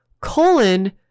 colon